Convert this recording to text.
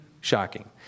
shocking